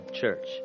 church